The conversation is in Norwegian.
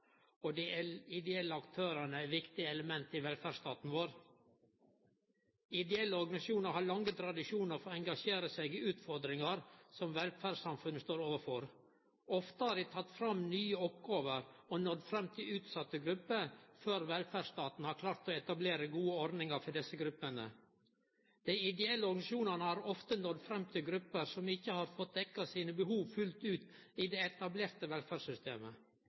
samfunnet, og dei ideelle aktørane er eit viktig element i velferdsstaten vår. Ideelle organisasjonar har lange tradisjonar for å engasjere seg i utfordringar som velferdssamfunnet står overfor. Ofte har dei teke fatt i nye oppgåver og nådd fram til utsette grupper før velferdsstaten har klart å etablere gode ordningar for desse gruppene. Dei ideelle organisasjonane har ofte nådd fram til grupper som ikkje har fått dekt sine behov fullt ut i det etablerte velferdssystemet.